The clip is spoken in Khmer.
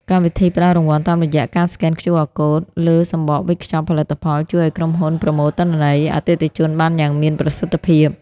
កម្មវិធីផ្តល់រង្វាន់តាមរយៈការស្កែន QR Code លើសំបកវេចខ្ចប់ផលិតផល ជួយឱ្យក្រុមហ៊ុនប្រមូលទិន្នន័យអតិថិជនបានយ៉ាងមានប្រសិទ្ធភាព។